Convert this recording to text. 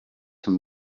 him